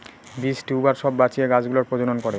বীজ, টিউবার সব বাঁচিয়ে গাছ গুলোর প্রজনন করে